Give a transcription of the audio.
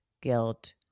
guilt